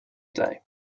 day